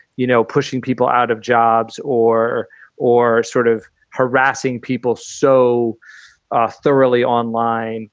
you know, pushing people out of jobs or or sort of harassing people so ah thoroughly online